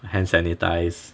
and sanitise